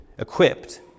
Equipped